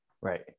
right